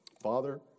Father